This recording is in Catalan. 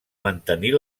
mantenir